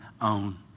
own